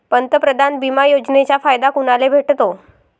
पंतप्रधान बिमा योजनेचा फायदा कुनाले भेटतो?